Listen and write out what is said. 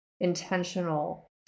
intentional